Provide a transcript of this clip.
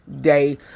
day